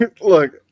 Look